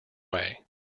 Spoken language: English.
way